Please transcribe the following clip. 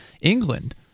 England